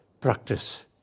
practice